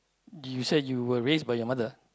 you said you were raised by your mother